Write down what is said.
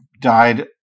died